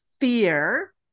fear